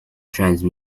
trance